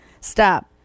Stop